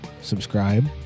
Subscribe